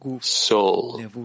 soul